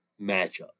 matchup